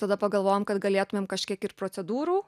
tada pagalvojom kad galėtumėm kažkiek ir procedūrų